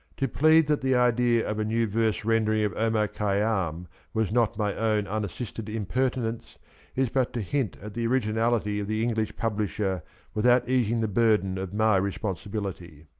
to plead that the idea of a new verse rendering of omar khay yam was not my own unassisted impertinence is but to hint at the originality of the english publisher without easing the burden of my responsibility.